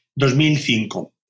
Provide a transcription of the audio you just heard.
2005